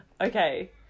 Okay